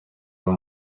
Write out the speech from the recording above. yari